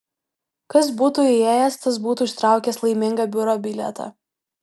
kas būtų įėjęs tas būtų ištraukęs laimingą biuro bilietą